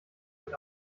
mit